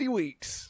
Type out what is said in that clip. weeks